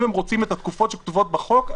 אם הם רוצים את התקופות שכתובות בחוק,